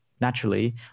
naturally